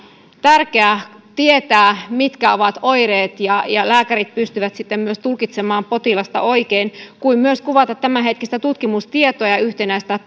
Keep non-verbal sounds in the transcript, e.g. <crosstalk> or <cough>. tietää mitkä ovat oireet jotta lääkärit pystyvät sitten myös tulkitsemaan potilasta oikein ja myös kuvata tämänhetkistä tutkimustietoa ja yhtenäistää <unintelligible>